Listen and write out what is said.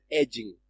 edging